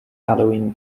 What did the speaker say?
halloween